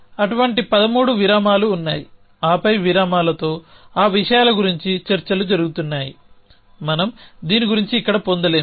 అటువంటి పదమూడు విరామాలు ఉన్నాయి ఆపై విరామాలతో ఈ విషయాల గురించి చర్చలు జరుగుతున్నాయి మనం దీని గురించి ఇక్కడ పొందలేము